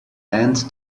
end